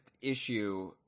issue